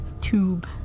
tube